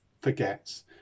forgets